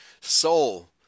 soul